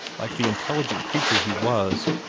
like the intelligent creature he was,